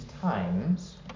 times